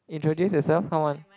introduce yourself come on